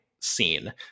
scene